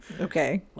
Okay